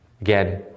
Again